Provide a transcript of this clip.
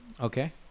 Okay